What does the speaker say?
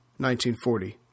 1940